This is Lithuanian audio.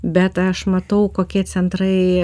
bet aš matau kokie centrai